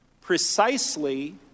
precisely